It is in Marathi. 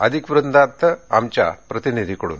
अधिक वृत्तांत आमच्या प्रतिनिधीकडून